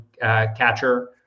catcher